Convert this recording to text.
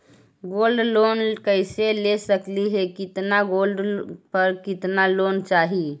Gold loan कैसे ले सकली हे, कितना गोल्ड पर कितना लोन चाही?